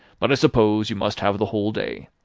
but i suppose you must have the whole day.